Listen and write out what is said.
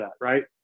right